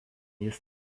jis